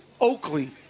Oakley